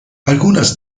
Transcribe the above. algunas